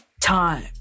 time